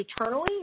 eternally